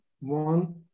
one